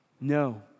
No